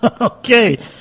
okay